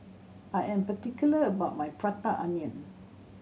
I am particular about my Prata Onion